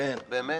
באמת?